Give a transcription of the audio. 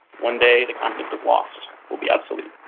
one day the concept of lost will be obsolete.